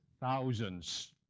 thousands